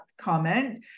comment